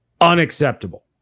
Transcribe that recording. Unacceptable